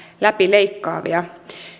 läpi leikkaavia